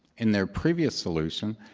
in their previous solution,